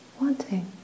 Wanting